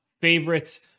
Favorites